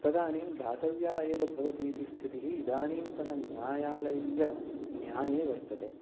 तदानीं दातव्या एव भवति इति स्थितिः इदानीन्तनन्यायालयीयन्याये वर्तते